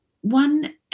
one